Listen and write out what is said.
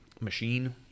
machine